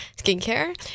skincare